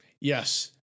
Yes